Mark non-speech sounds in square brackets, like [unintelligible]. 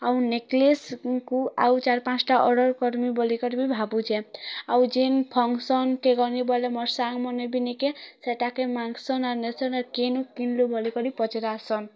ଆଉ ନେକଲେସ୍କୁ ଆଉ ଚାରି ପାଞ୍ଚଟା ଅର୍ଡ଼ର୍ କରିମି ବୋଲିକରି ବି ଭାବୁଛି ଆଉ ଯେନ୍ ଫଂକସନ୍କେ ଗନି ବୋଲି ମୋ ସାଙ୍ଗମାନେ ବି ନିକେ ସେଟାକେ [unintelligible] କିନୁ କିଣିଲୁ ବୋଲିକରି ପଚାରାସନ୍